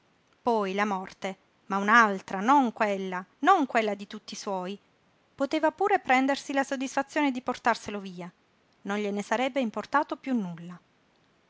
poi la morte ma un'altra non quella non quella di tutti i suoi poteva pure prendersi la soddisfazione di portarselo via non gliene sarebbe importato piú nulla